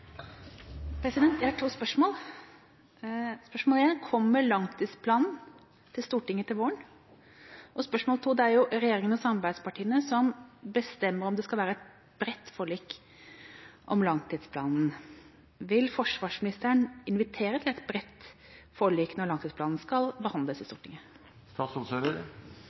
Jeg har to spørsmål. Spørsmål én: Kommer langtidsplanen til Stortinget til våren? Spørsmål to: Det er regjeringa og samarbeidspartiene som bestemmer om det skal være et bredt forlik om langtidsplanen. Vil forsvarsministeren invitere til et bredt forlik når langtidsplanen skal behandles i Stortinget?